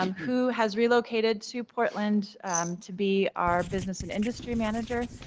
um who has relocated to portland to be our business and industry manager.